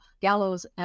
gallows